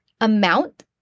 amount